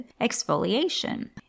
exfoliation